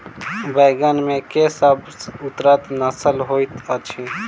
बैंगन मे केँ सबसँ उन्नत नस्ल होइत अछि?